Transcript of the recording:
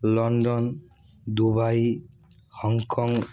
London Dubai Hong Kong